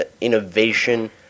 innovation